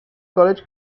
college